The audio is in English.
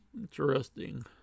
interesting